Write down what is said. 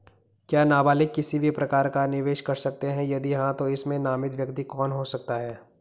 क्या नबालिग किसी भी प्रकार का निवेश कर सकते हैं यदि हाँ तो इसमें नामित व्यक्ति कौन हो सकता हैं?